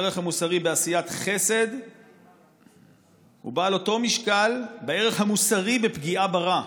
הערך המוסרי בעשיית חסד הוא בעל אותו משקל כמו הערך המוסרי בפגיעה ברע.